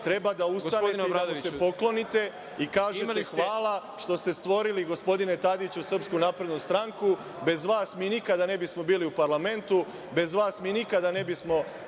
treba da ustanete i da se poklonite i da kažete – hvala što ste stvorili, gospodine Tadiću, SNS, bez vas mi nikada ne bismo bili u parlamentu, bez vas mi nikada ne bismo